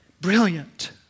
Brilliant